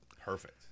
Perfect